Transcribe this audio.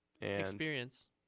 Experience